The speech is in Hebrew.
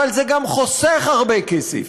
אבל זה גם חוסך הרבה כסף.